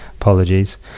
Apologies